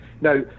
Now